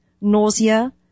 nausea